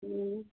हम्म